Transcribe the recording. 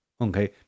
Okay